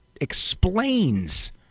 explains